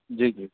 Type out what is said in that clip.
जी जी